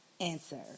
answer